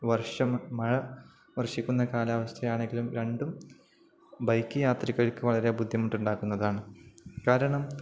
വർഷം മഴ വർഷിക്കുന്ന കാലാവസ്ഥയാണെങ്കിലും രണ്ടും ബൈക്ക് യാത്രികര്ക്കു വളരെ ബുദ്ധിമുട്ടുണ്ടാക്കുന്നതാണ് കാരണം